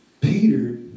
peter